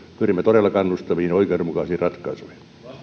pyrimme todella kannustaviin ja oikeudenmukaisiin ratkaisuihin